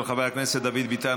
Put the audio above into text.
של חבר הכנסת דוד ביטן.